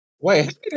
Wait